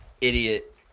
idiot